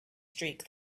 streak